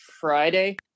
Friday